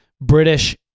British